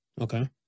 Okay